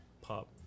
pop